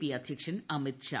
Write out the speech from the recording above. P അധ്യക്ഷൻ അമിത്ഷാ